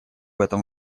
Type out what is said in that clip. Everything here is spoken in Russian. этом